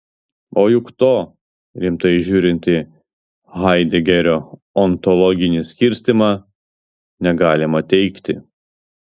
o juk to rimtai žiūrint į haidegerio ontologinį skirstymą negalima teigti